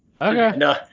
Okay